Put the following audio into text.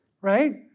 right